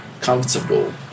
comfortable